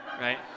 Right